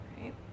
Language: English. right